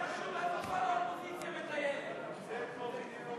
מחיר אחיד ברשתות השיווק), התשע"ה 2015,